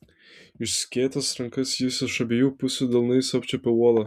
išskėtęs rankas jis iš abiejų pusių delnais apčiuopė uolą